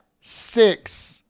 six